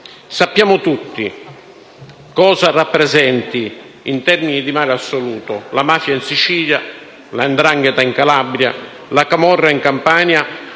Sappiamo tutti cosa rappresenti, in termini di male assoluto, la mafia in Sicilia, la 'ndrangheta in Calabria, la camorra in Campania,